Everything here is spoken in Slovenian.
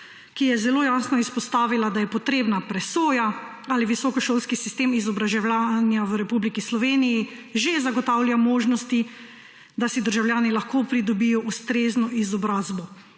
ki je zelo jasno izpostavila, da je potrebna presoja, ali visokošolski sistem izobraževanja v Republiki Sloveniji že zagotavlja možnosti, da si državljani lahko pridobijo ustrezno izobrazbo.